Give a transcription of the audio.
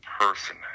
person